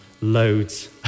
loads